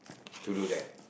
to do that